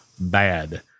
bad